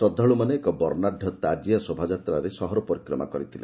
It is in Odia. ଶ୍ରଦ୍ଧାଳୁମାନେ ଏକ ବର୍ଷାଢ୍ୟ ତାକିଆ ଶୋଭାଯାତ୍ରାରେ ସହର ପରିକ୍ରମା କରିଥିଲେ